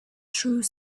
through